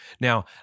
Now